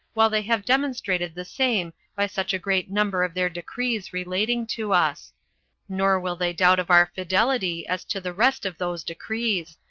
while they have demonstrated the same by such a great number of their decrees relating to us nor will they doubt of our fidelity as to the rest of those decrees,